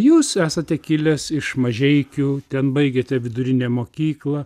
jūs esate kilęs iš mažeikių ten baigėte vidurinę mokyklą